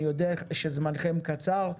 אני יודע שזמנכם קצר,